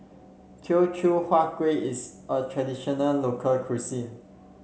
Teochew Huat Kueh is a traditional local cuisine